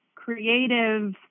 creative